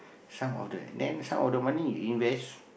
some of the then some of the money you invest